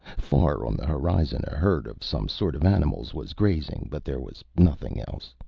far on the horizon, a herd of some sort of animals was grazing, but there was nothing else.